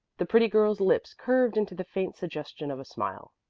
the pretty girl's lips curved into the faint suggestion of a smile.